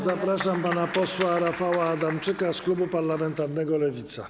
Zapraszam pana posła Rafała Adamczyka z klubu parlamentarnego Lewica.